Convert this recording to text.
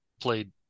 played